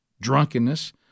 drunkenness